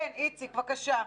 איציק, בבקשה.